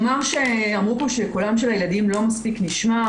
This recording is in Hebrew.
אמרו פה שקולם של הילדים לא מספיק נשמע.